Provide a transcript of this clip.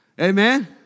Amen